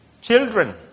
Children